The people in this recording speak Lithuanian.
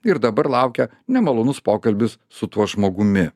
ir dabar laukia nemalonus pokalbis su tuo žmogumi